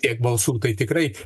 tiek balsų kai tikrai